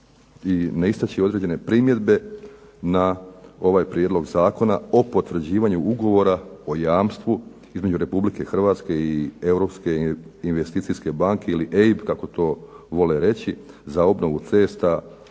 ne istaći određene primjedbe na ovaj prijedlog Zakona o potvrđivanju Ugovora o jamstvu između Republike Hrvatske i Europske investicijske banke, ili EIB kako to vole reći, za obnovu cesta